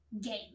game